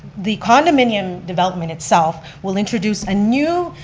the condominium development itself will introduce a new,